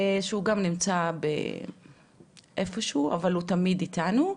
שהוא גם נמצא איפה שהוא, אבל הוא תמיד איתנו.